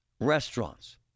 Restaurants